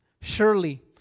Surely